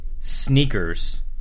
Sneakers